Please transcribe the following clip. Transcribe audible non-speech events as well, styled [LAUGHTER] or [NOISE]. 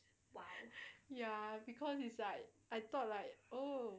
[LAUGHS] ya because it's like I thought like oh